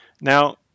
Now